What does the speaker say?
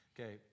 Okay